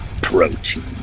protein